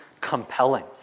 compelling